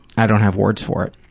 i don't have words for it.